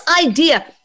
idea